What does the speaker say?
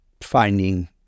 finding